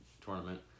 tournament